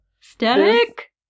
static